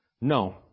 No